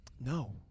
No